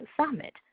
Summit